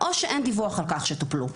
או שאין דיווח על כך שטופלו,